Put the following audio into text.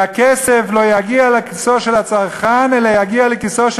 והכסף לא יגיע לכיסו של הצרכן אלא יגיע לכיסו של